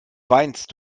weinst